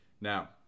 now